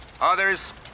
Others